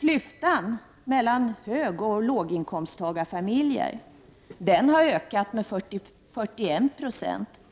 Klyftan mellan högoch låginkomsttagarfamiljer har ökat med 41 96.